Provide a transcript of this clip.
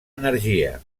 energia